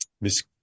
Miss